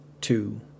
two